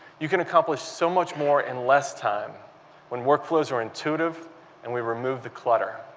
you can accomplish so much more in less time when workflows are intuitive and we remove the clutter.